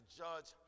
judge